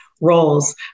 roles